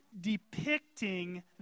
depicting